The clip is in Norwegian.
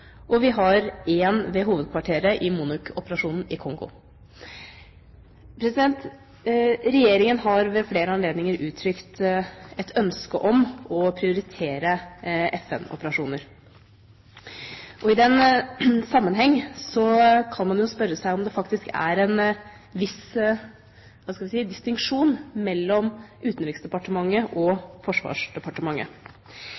og vi har en ved hovedkvarteret i MONUC-operasjonen i Kongo. Regjeringa har ved flere anledninger uttrykt et ønske om å prioritere FN-operasjoner. I den sammenheng kan man jo spørre seg om det faktisk er en viss